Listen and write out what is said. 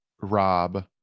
rob